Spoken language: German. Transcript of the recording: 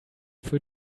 für